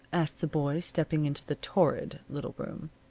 asked the boy, stepping into the torrid little room.